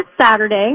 Saturday